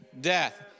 death